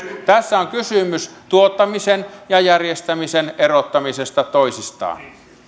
tässä on kysymys tuottamisen ja järjestämisen erottamisesta toisistaan vielä